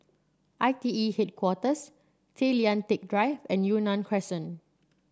I T E Headquarters Tay Lian Teck Drive and Yunnan Crescent